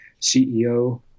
CEO